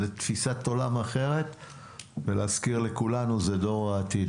זה תפיסת עולם אחרת ולהזכיר לכולנו זה דור העתיד.